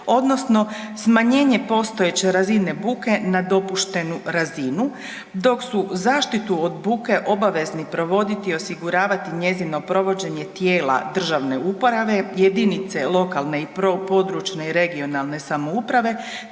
odnosno smanjenje postojeće razine buke na dopuštenu razinu dok su zaštitu od buke obvezni provoditi i osiguravati njezino provođenje tijela državne uprave, jedinice lokalne i područne i regionalne samouprave